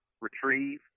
retrieve